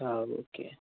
ആ ഓക്കെ